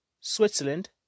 Switzerland